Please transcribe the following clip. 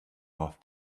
off